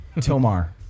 Tomar